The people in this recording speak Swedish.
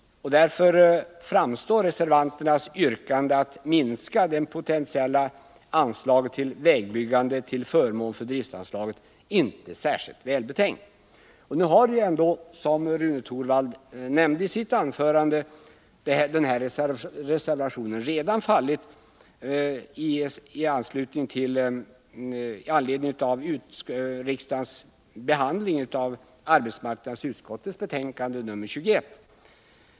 Därför framstår reservanternas yrkande att man skall minska det potentiella anslaget till vägbyggande till förmån för driftanslaget inte som särskilt välbetänkt. Nu har ju ändå, som Rune Torwald nämnde i sitt anförande, den här reservationen redan fallit i anledning av riksdagens behandling av arbetsmarknadsutskottets betänkande nr 21.